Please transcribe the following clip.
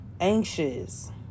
anxious